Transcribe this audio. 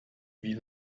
wie